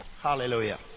hallelujah